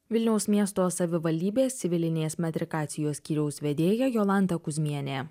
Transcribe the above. vilniaus miesto savivaldybės civilinės metrikacijos skyriaus vedėja jolanta kuzmienė